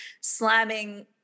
slamming